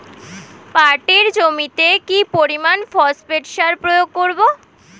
পাটের জমিতে কি পরিমান ফসফেট সার প্রয়োগ করব?